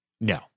No